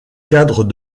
cadre